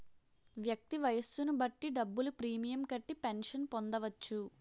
వ్యక్తి వయస్సును బట్టి డబ్బులు ప్రీమియం కట్టి పెన్షన్ పొందవచ్చు